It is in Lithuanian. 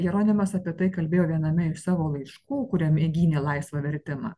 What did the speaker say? jeronimas apie tai kalbėjo viename iš savo laiškų kuriame gynė laisvą vertimą